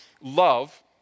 love